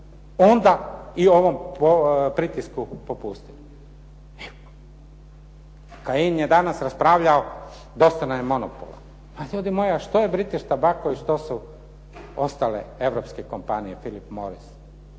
onda i ovom pritisku popustili. Kajin je danas raspravljao dosta nam je monopola. Pa ljudi moji što je British Tobaco i što su ostale europske kompanije Phillip Morris.